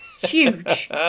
Huge